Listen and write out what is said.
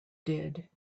did